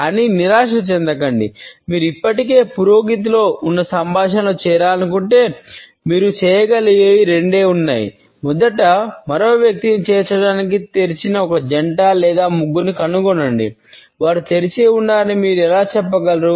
కానీ నిరాశ చెందకండి మీరు ఇప్పటికే పురోగతిలో ఉన్న సంభాషణలో చేరాలనుకుంటే మీరు చేయగలిగేవి రెండు ఉన్నాయి మొదట మరొక వ్యక్తిని చేర్చడానికి తెరిచిన ఒక జంట లేదా ముగ్గురిని కనుగొనండి వారు తెరిచి ఉన్నారని మీరు ఎలా చెప్పగలరు